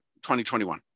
2021